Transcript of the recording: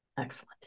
Excellent